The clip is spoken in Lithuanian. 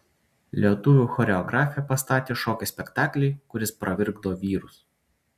lietuvių choreografė pastatė šokio spektaklį kuris pravirkdo vyrus